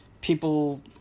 people